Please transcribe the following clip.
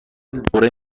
دوره